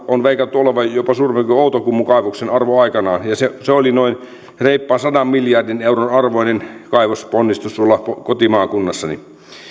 on veikattu olevan jopa suurempi kuin outokummun kaivoksen arvo aikanaan ja se se oli reippaan sadan miljardin euron arvoinen kaivosponnistus tuolla kotimaakunnassani